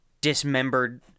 dismembered